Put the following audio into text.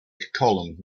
column